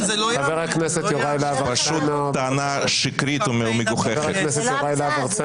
טענה שקרית ומגוחכת.